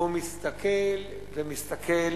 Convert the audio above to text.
והוא מסתכל ומסתכל,